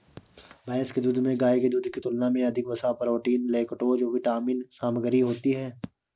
भैंस के दूध में गाय के दूध की तुलना में अधिक वसा, प्रोटीन, लैक्टोज विटामिन सामग्री होती है